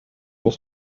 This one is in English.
was